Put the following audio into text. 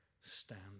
stand